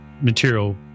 material